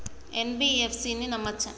NBFC ని నమ్మచ్చా?